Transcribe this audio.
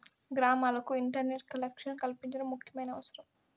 గ్రామాలకు internet collection కల్పించడం ముఖ్యమైన అవసరం